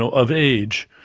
so of age,